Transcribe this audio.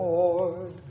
Lord